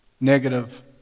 negative